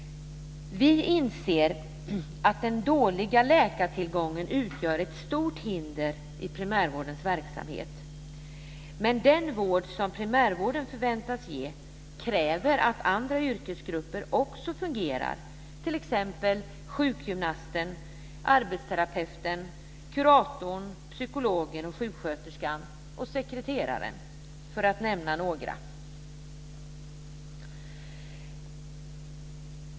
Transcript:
Vi inser att den dåliga läkartillgången utgör ett stort hinder i primärvårdens verksamhet. Men den vård som primärvården förväntas ge kräver att andra yrkesgrupper också fungerar, t.ex. sjukgymnasten, arbetsterapeuten, kuratorn, psykologen, sjuksköterskan och sekreteraren, för att nämna några.